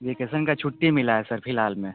vacation का छुट्टी मिला है सर फ़िल्हाल में